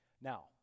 Now